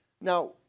Now